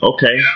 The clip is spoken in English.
Okay